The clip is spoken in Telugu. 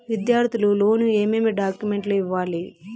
విద్యార్థులు లోను ఏమేమి డాక్యుమెంట్లు ఇవ్వాలి?